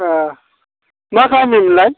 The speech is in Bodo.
ए मा गामि मोनलाय